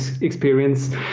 experience